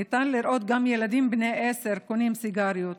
ניתן לראות גם ילדים בני עשר קונים סיגריות.